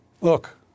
Look